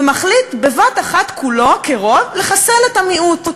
ומחליט בבת-אחת כולו כרוב לחסל את המיעוט.